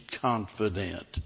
confident